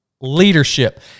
leadership